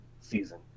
season